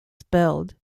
spelled